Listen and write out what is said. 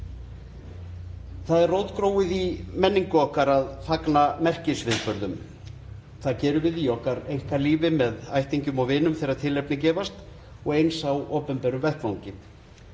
Það er rótgróið í menningu okkar að fagna merkisviðburðum. Það gerum við í okkar einkalífi með ættingjum og vinum þegar tilefni gefast og eins á opinberum vettvangi.